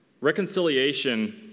Reconciliation